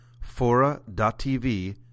Fora.tv